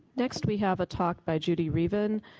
next we have a talk by judy reaven,